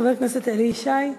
חבר הכנסת אלי ישי.